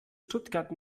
stuttgart